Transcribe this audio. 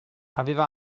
aveva